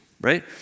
right